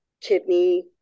kidney